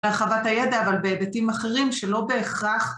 להרחבת הידע אבל בהיבטים אחרים שלא בהכרח